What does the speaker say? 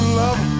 love